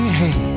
hey